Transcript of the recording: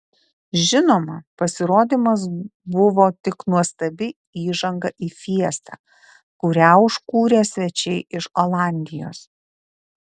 žinoma pasirodymas buvo tik nuostabi įžanga į fiestą kurią užkūrė svečiai iš olandijos